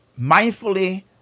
mindfully